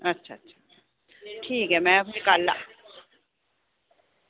अच्छा अच्छा अच्छा ठीक ऐ में फिर कल आग